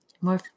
more